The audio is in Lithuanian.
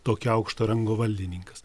tokio aukšto rango valdininkas